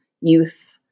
youth